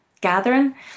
gathering